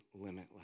limitless